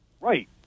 Right